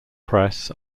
press